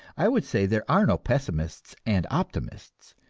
i would say there are no pessimists and optimists,